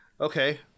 Okay